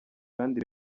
kandi